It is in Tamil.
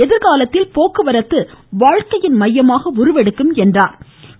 எதிர்காலத்தில் போக்குவரத்து வாழ்க்கையின் மையமாக உருவெடுக்கும் என்றார்